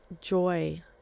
joy